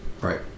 right